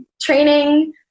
training